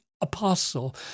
apostle